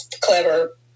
clever